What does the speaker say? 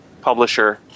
publisher